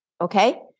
Okay